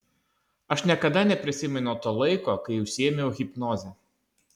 aš niekada neprisimenu to laiko kai užsiėmiau hipnoze